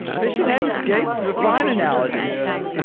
fish and eggs gape is a fi ne analogy yeah.